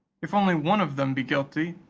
if only one of them be guilty,